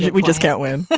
yeah we just can't win